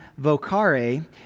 vocare